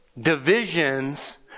divisions